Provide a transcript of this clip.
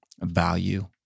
value